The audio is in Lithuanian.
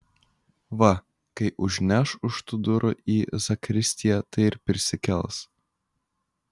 va kai užneš už tų durų į zakristiją tai ir prisikels